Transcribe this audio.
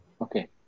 Okay